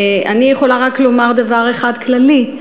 אני יכולה רק לומר דבר אחד כללי,